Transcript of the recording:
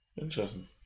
Interesting